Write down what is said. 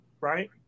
right